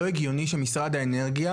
לא הגיוני שמשרד האנרגיה,